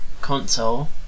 console